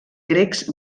grecs